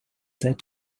said